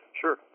Sure